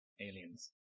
aliens